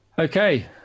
Okay